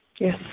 Yes